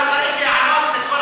אתה צריך להיענות לכל,